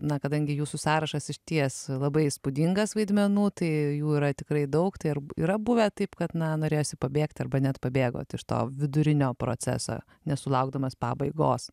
na kadangi jūsų sąrašas išties labai įspūdingas vaidmenų tai jų yra tikrai daug tai ar yra buvę taip kad na norėjosi pabėgti arba net pabėgot iš to vidurinio proceso nesulaukdamas pabaigos